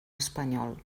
espanyol